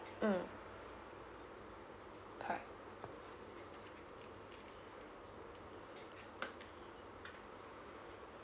mm park